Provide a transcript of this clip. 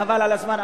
חבל על הזמן.